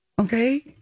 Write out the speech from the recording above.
Okay